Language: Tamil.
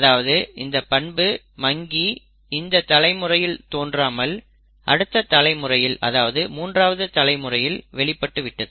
அதாவது இந்தப் பண்பு மங்கி இந்த தலைமுறையில் தோன்றாமல் அடுத்த தலைமுறையில் அதாவது மூன்றாவது தலைமுறையில் வெளிப்பட்டு விட்டது